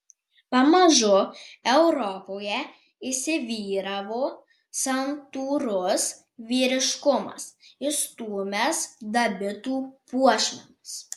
pamažu europoje įsivyravo santūrus vyriškumas išstūmęs dabitų puošmenas